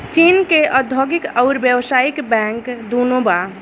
चीन के औधोगिक अउरी व्यावसायिक बैंक दुनो बा